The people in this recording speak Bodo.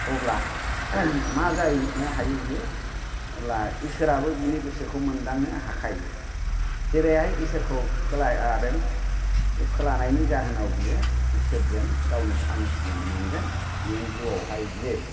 अब्ला मा जाहैनो हायो अब्ला इसोराबो बेनि गोसोखौ मोनदांनो हाखायो जेरैहाय इसोरखौ फोलादों बे फोलानायनि जाहोननाव बियो इसोरजों गावनो पानिसमेन्ट मोनगोन इउन जिउआव हाय बियो